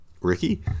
Ricky